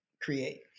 create